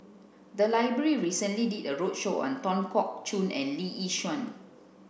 the library recently did a roadshow on Tan Keong Choon and Lee Yi Shyan